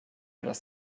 das